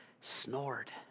snored